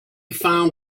found